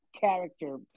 character